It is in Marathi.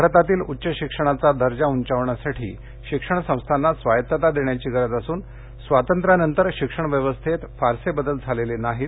भारतातील उच्च शिक्षणाचा दर्जा उंचावण्यासाठी शिक्षण संस्थांना स्वायत्तता देण्याची गरज असून स्वातंत्र्यानतर शिक्षण व्यवस्थेत बदल झालेले नाहीत